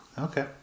Okay